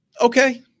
Okay